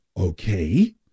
Okay